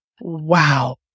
Wow